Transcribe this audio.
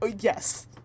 Yes